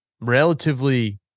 relatively –